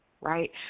right